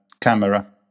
camera